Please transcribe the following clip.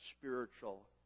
spiritual